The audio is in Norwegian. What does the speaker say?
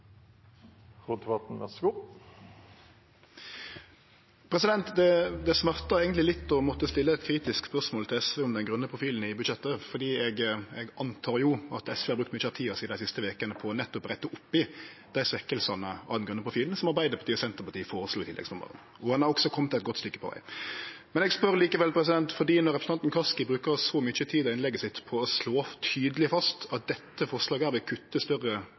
Det smertar eigentleg litt å måtte stille eit kritisk spørsmål til SV om den grøne profilen i budsjettet, for eg antek at SV har brukt mykje av tida si dei siste vekene til å rette opp i dei svekkingane av den grøne profilen som Arbeidarpartiet og Senterpartiet føreslo for inntektsområdet. Ein har også kome eit godt stykke på veg. Men eg spør likevel, for når representanten Kaski bruker så mykje tid i innlegget sitt på å slå tydeleg fast at dette forslaget vil kutte større